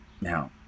Now